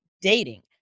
dating